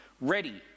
ready